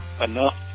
enough